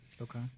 Okay